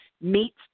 meets